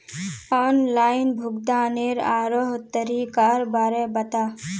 online भुग्तानेर आरोह तरीकार बारे बता